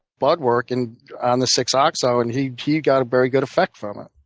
bloodwork and on the six oxyl, and he he got a very good effect from it.